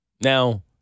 Now